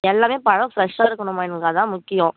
எல்லாமே பழம் ஃப்ரெஷ்ஷாக இருக்கணும்மா எங்களுக்கு அதான் முக்கியம்